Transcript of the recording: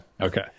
Okay